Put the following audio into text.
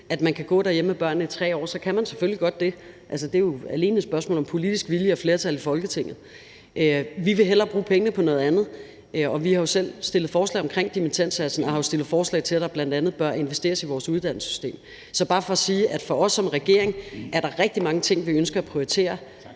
at folk kan gå derhjemme med børnene i 3 år, så kan man selvfølgelig godt det. Det er jo alene et spørgsmål om politisk vilje og flertal i Folketinget. Vi vil hellere bruge pengene på noget andet, og vi har jo selv fremsat forslag om dimittendsatsen, og har fremsat forslag om, at der bl.a. bør investeres i vores uddannelsessystem. Så det er bare for at sige, at for os som regering er der rigtig mange ting, vi ønsker at prioritere